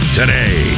today